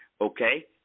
okay